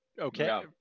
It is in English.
Okay